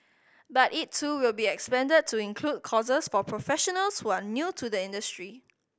but it too will be expanded to include courses for professionals who are new to the industry